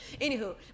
Anywho